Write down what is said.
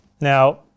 Now